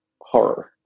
horror